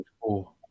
four